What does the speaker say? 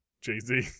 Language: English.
Jay-Z